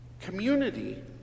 Community